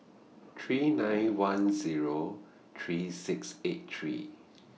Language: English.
three nine one Zero three six eight three